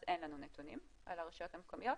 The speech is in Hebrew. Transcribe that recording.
אז אין לנו נתונים על הרשויות המקומיות.